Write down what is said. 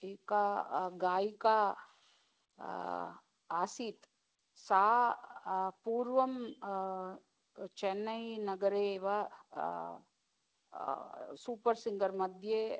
एका गायिका आसीत् सा पूर्वं चन्नैनगरे एव सूपर्सिङ्गर्मध्ये